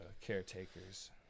caretakers